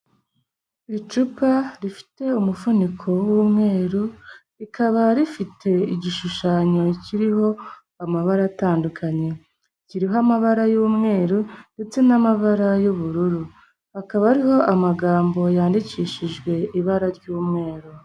Icupa rifite umufuniko w'umweru, rikaba rifite igishushanyo kiriho amabara atandukanye. Kiriho amabara y'umweru ndetse n'amabara y'ubururu. Hakaba hariho amagambo yandikishijwe ibara ry'umweru.